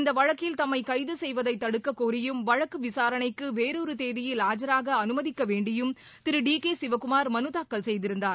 இந்த வழக்கில் தம்மை கைது செய்வதை தடுக்கக்கோரியும் வழக்கு விசாரணைக்கு வேறொரு தேதியில் ஆஜராக அனுமதிக்கவேண்டியும் திரு டி கே சிவக்குமார் மனு தாக்கல் செய்திருந்தார்